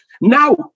Now